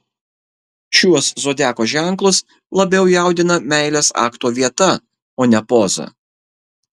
šiuos zodiako ženklus labiau jaudina meilės akto vieta o ne poza